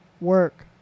work